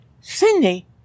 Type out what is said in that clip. Cindy